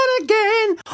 again